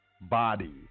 body